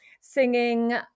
singing